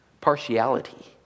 partiality